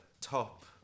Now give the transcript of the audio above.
top